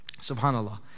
SubhanAllah